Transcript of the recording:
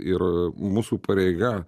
ir mūsų pareiga